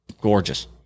gorgeous